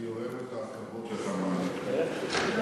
אני אוהב את הכבוד שאתה מעניק לי.